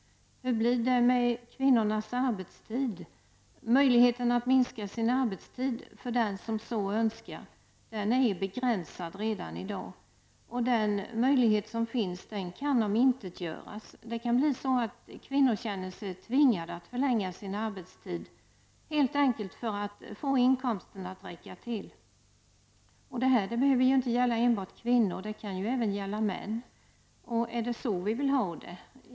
Hur blir det med kvinnornas arbetstid? Möjligheten att minska sin arbetstid -- för den som så önskar -- är begränsad redan i dag, och den möjlighet som finns kan omintetgöras. Det kan bli så att kvinnor känner sig tvingade att förlänga sin arbetstid, helt enkelt för att få inkomsten att räcka till. Och det här behöver inte gälla enbart kvinnor -- det kan även gälla män. Är det så vi vill ha det?